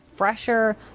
fresher